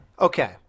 Okay